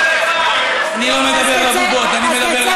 הוא קרא ליושב-ראש הכנסת